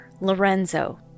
Lorenzo